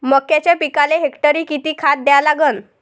मक्याच्या पिकाले हेक्टरी किती खात द्या लागन?